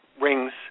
rings